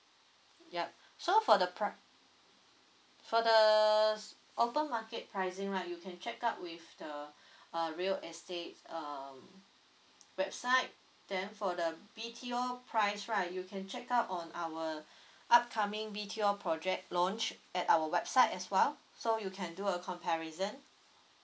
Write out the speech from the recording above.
yup so for the pri~ for the open market pricing right you can check up with the uh real estate uh website then for the B_T_O price right you can check up on our upcoming B_T_O project launch at our website as well so you can do a comparison